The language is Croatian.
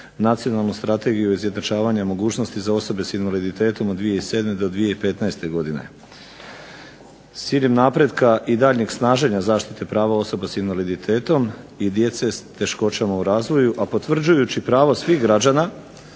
Nacionalnu strategiju izjednačavanja mogućnosti za osobe sa invaliditetom od 2007. do 2015. s ciljem napretka i daljnjeg snaženja zaštite prava osoba s invaliditetom i djece s teškoćama u razvoju, a potvrđujući pravo svih građana